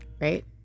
right